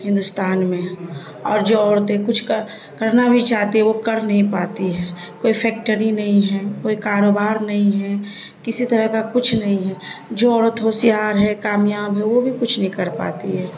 ہندوستان میں اور جو عورتیں کچھ کر کرنا بھی چاہتی وہ کر نہیں پاتی ہیں کوئی فیکٹری نہیں ہے کوئی کاروبار نہیں ہے کسی طرح کا کچھ نہیں ہے جو عورت ہوشیار ہے کامیاب ہے وہ بھی کچھ نہیں کر پاتی ہے